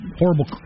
horrible